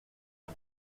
six